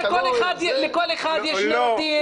לכל אחד יש נרטיב.